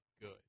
good